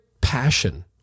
passion